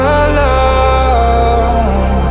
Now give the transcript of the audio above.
alone